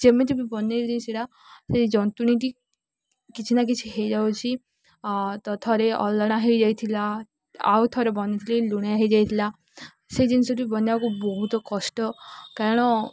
ଯେମିତି ବି ବନେଇ ଜିନିଷଟା ସେ ଜନ୍ତୁଣୀଟି କିଛି ନା କିଛି ହେଇଯାଉଛି ତ ଥରେ ଅଲଣା ହେଇଯାଇଥିଲା ଆଉ ଥରେ ବନେଇଥିଲି ଲୁଣିଆ ହେଇଯାଇଥିଲା ସେ ଜିନିଷଟି ବନେଇବାକୁ ବହୁତ କଷ୍ଟ କାରଣ